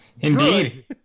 indeed